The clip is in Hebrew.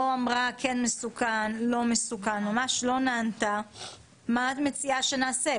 לא אמרה אם הוא כן מסוכן או לא מה את מציעה שנעשה?